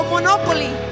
Monopoly